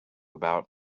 about